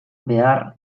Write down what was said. behar